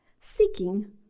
seeking